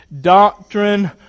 Doctrine